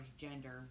gender